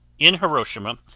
in hiroshima,